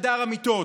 לחדר המיטות,